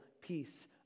peace